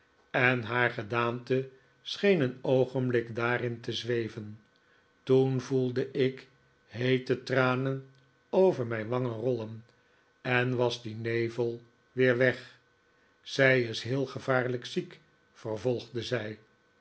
en haar gedaante scheen een oogenblik daarin te zweven toen voelde ik heete trahen over mijn wangen rollen en was die nevel weer weg zij is heel gevaarlijk ziek vervolgde zij